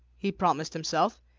he promised himself.